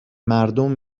مردم